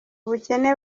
ubukene